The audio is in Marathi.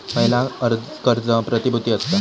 पयला कर्ज प्रतिभुती असता